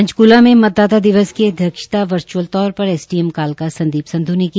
पंचकुला में मतदाता की अध्यक्षता वर्च्अल तौर पर एस डी एम कालका संदीप संधू ने की